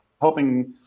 helping